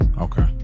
Okay